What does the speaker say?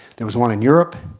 there was one in europe,